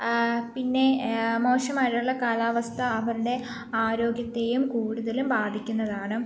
പിന്നെ മോശമായിട്ടുള്ള കാലാവസ്ഥ അവരുടെ ആരോഗ്യത്തെയും കൂടുതൽ ബാധിക്കുന്നതാണ്